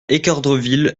équeurdreville